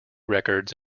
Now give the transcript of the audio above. records